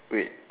great